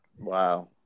Wow